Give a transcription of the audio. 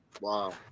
Wow